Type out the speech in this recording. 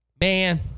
Man